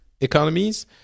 economies